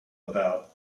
about